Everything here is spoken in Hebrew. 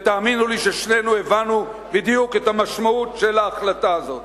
תאמינו לי ששנינו הבנו בדיוק את המשמעות של ההחלטה הזו.